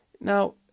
now